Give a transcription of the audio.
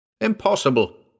Impossible